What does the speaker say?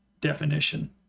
definition